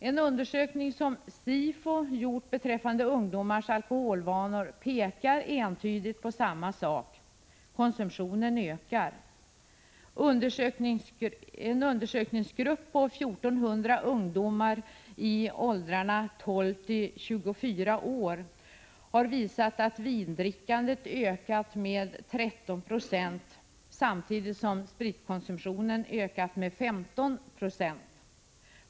En undersökning som SIFO har gjort beträffande ungdomars alkoholvanor pekar entydigt på samma sak: konsumtionen ökar. Enligt en undersökning som omfattar 1 400 ungdomar i åldrarna 12-24 år har vindrickandet ökat med 13 70 samtidigt som spritkonsumtionen har ökat med 15 96.